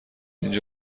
اینجا